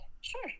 Sure